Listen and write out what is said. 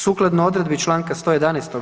Sukladno odredbi Članka 111.